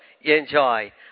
Enjoy